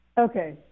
Okay